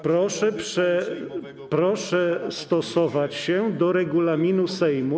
Proszę stosować się do regulaminu Sejmu.